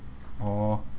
oh